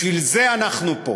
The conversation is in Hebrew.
בשביל זה אנחנו פה.